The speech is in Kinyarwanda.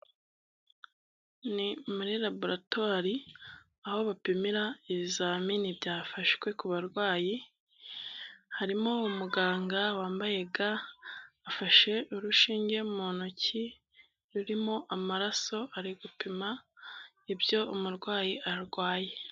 Ni muri laboratwari aho bapimira ibizamini byafashwe ku barwayi harimo umuganga wambaye ga afashe urushinge mu ntoki rurimo amaraso ari gupima ibyo umurwayi arwaye.